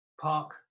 park